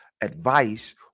advice